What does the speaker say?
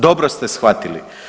Dobro ste shvatili.